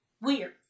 weird